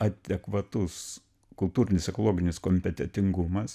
adekvatus kultūrinis ekologinis kompetentingumas